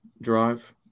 drive